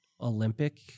Olympic